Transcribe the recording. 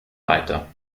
weiter